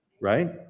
Right